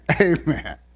Amen